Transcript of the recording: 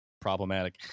problematic